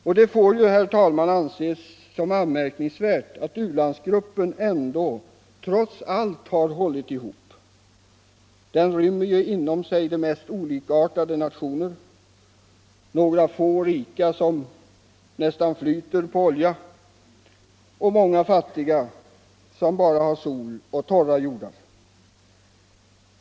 Och det får ju, herr talman, anses som anmärkningsvärt att u-landsgruppen ändå trots allt har hållit ihop — den rymmer ju inom sig de mest olikartade nationer: några få rika, som nästan flyter på olja, och många fattiga, som bara har sol och torra jordar.